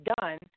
done